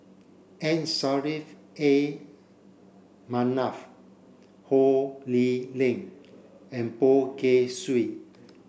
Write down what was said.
M Saffri A Manaf Ho Lee Ling and Poh Kay Swee